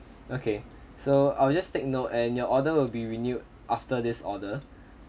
okay so I'll just take note and your order will be renewed after this order